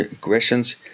questions